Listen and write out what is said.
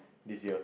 this year